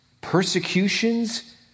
persecutions